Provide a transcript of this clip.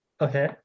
okay